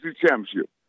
championship